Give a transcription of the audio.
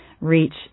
reach